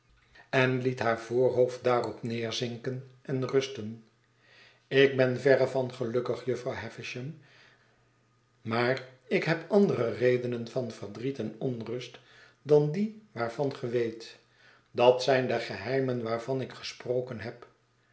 en liet haar voorhoofd daarop neerzinken en rusten ik ben verre van gelukkig jufvrouw havisham maar ik heb andere redenen van verdriet en onrust dan die waarvan ge weet dat zijn de geheimen waarvan ik gesproken heb